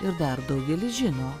ir dar daugelis žino